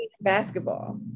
basketball